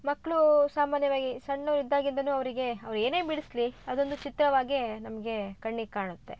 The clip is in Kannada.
ಮಕ್ಕಳು ಸಾಮಾನ್ಯವಾಗಿ ಸಣ್ಣವ್ರು ಇದ್ದಾಗಿಂದಲೂ ಅವರಿಗೆ ಅವ್ರು ಏನೇ ಬಿಡಿಸಲಿ ಅದೊಂದು ಚಿತ್ರವಾಗೇ ನಮಗೆ ಕಣ್ಣಿಗೆ ಕಾಣುತ್ತೆ